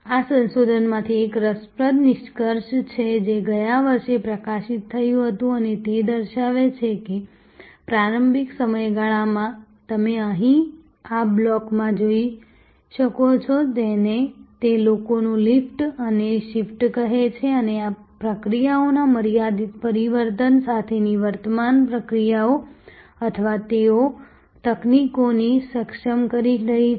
આ સંશોધનમાંથી એક રસપ્રદ નિષ્કર્ષણ છે જે ગયા વર્ષે પ્રકાશિત થયું હતું અને તે દર્શાવે છે કે પ્રારંભિક સમયગાળામાં તમે અહીં આ બ્લોકમાં જોઈ શકો છો જેને તેઓ લોકોનું લિફ્ટ અને શિફ્ટ કહે છે અને પ્રક્રિયાઓના મર્યાદિત પરિવર્તન સાથેની વર્તમાન પ્રક્રિયાઓ અથવા તેઓ તકનીકોને સક્ષમ કરી રહી છે